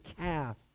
calf